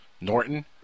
Norton